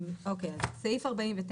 סעיף 49,